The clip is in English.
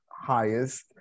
highest